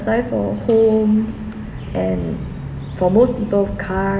apply for homes and for most people cars